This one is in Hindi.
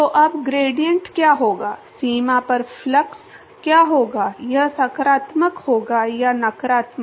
तो अब ग्रेडिएंट क्या होगा सीमा पर फ्लक्स क्या होगा यह सकारात्मक होगा या नकारात्मक